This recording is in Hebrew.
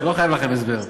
חברת הכנסת מיכל רוזין,